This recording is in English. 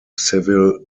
civil